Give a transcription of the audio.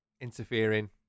interfering